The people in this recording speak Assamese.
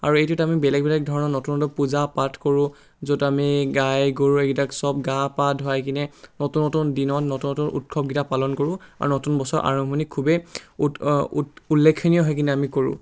আৰু এইটোত আমি বেলেগ বেলেগ ধৰণৰ নতুন নতুন পূজা পাঠ কৰোঁ য'ত আমি গাই গৰু এইকেইটাক চব গা পা ধুৱাই কিনে নতুন নতুন দিনত নতুন নতুন উৎসৱকেইটা পালন কৰোঁ আৰু নতুন বছৰৰ আৰম্ভণি খুবেই উত উল্লেখনীয় হৈ কিনে আমি কৰোঁ